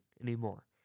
anymore